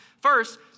First